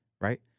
right